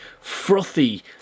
frothy